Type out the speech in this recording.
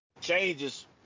changes